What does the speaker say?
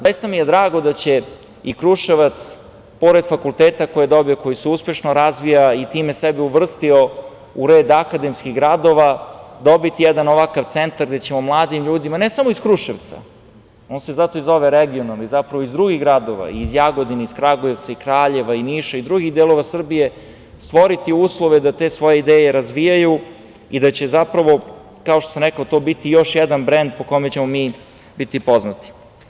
Zaista mi je drago da će i Kruševac, pored fakulteta koji je dobio, koji se uspešno razvija i time sebe uvrstio u red akademskih gradova, dobiti jedan ovakav centar gde ćemo mladim ljudima, ne samo iz Kruševca, on se zato zove i regionalni, iz drugih gradova, iz Jagodine, iz Kragujevca, i Kraljeva, i Niša, i drugih delova Srbije, stvoriti uslove da te svoje ideje razvijaju i da će, kao što sam rekao, to biti još jedan brend po kome ćemo mi biti poznati.